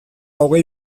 hogei